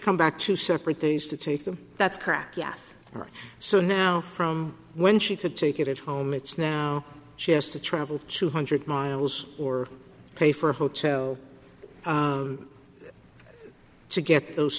come back two separate days to take them that's correct yes or so now from when she could take it home it's now she has to travel two hundred miles or pay for a hotel to get those